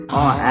on